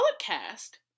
cast